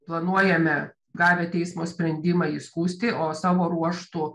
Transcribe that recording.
planuojame gavę teismo sprendimą jį skųsti o savo ruožtu